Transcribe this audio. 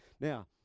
now